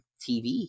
TV